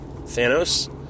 Thanos